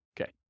Okay